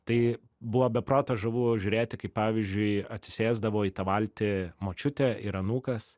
tai buvo be proto žavu žiūrėti kaip pavyzdžiui atsisėsdavo į tą valtį močiutė ir anūkas